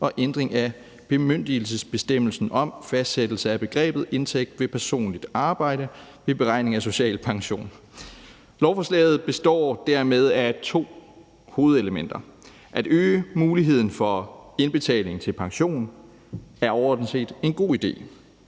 og ændring af bemyndigelsesbestemmelsen om fastsættelse af begrebet indtægt ved personligt arbejde ved beregning af social pension. Lovforslaget består dermed af to hovedelementer. At øge muligheden for indbetaling til pension er overordnet set en god idé.